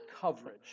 coverage